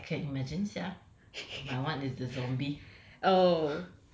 eh my god I can imagine sia my [one] is the zombie